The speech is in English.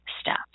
stop